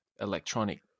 electronic